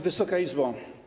Wysoka Izbo!